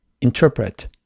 interpret